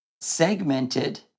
segmented